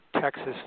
Texas